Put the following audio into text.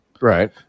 right